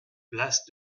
place